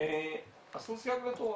--- "עשו סייג לתורה".